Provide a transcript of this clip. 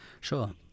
Sure